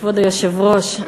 כבוד היושב-ראש,